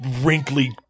wrinkly